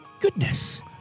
goodness